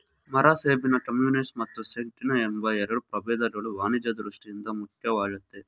ಮರಸೇಬಿನ ಕಮ್ಯುನಿಸ್ ಮತ್ತು ಸೇಟಿನ ಎಂಬ ಎರಡು ಪ್ರಭೇದಗಳು ವಾಣಿಜ್ಯ ದೃಷ್ಠಿಯಿಂದ ಮುಖ್ಯವಾಗಯ್ತೆ